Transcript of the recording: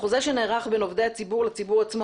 החוזה שנערך בין עובדי הציבור לציבור עצמו,